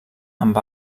amb